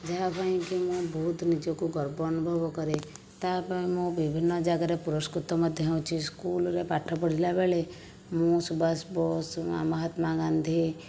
ଯାହା ପାଇଁ କି ମୁଁ ବହୁତ ନିଜକୁ ଗର୍ବ ଅନୁଭବ କରେ ତାହା ପାଇଁ ମୁଁ ବିଭିନ୍ନ ଯାଗାରେ ପୁରସ୍କୃତ ମଧ୍ୟ ହେଉଛି ସ୍କୁଲରେ ପାଠ ପଢ଼ିଲା ବେଳେ ମୁଁ ସୁବାଷ ବୋଷ ଆଉ ମହାତ୍ମା ଗାନ୍ଧୀ